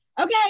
okay